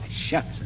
shucks